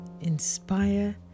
inspire